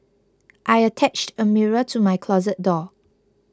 I attached a mirror to my closet door